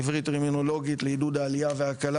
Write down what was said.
עברית טרמינולוגית לעידוד העלייה והקלה